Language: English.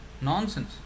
nonsense